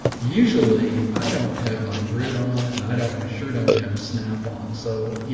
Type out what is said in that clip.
usually i don't have my grid on and i don't, i sure don't have snap on. so, you